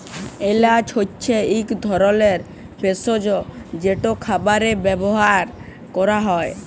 এল্যাচ হছে ইক ধরলের ভেসজ যেট খাবারে ব্যাভার ক্যরা হ্যয়